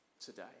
today